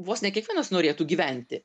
vos ne kiekvienas norėtų gyventi